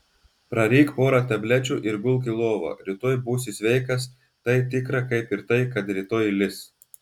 praryk porą tablečių ir gulk į lovą rytoj būsi sveikas tai tikra kaip ir tai kad rytoj lis